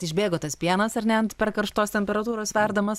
išbėgo tas pienas ar ne ant per karštos temperatūros verdamas